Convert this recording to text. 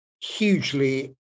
hugely